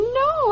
no